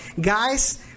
guys